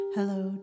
Hello